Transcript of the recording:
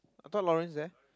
I thought Laurance there